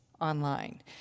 online